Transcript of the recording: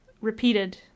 repeated